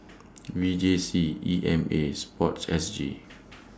V J C E M A and Sports S G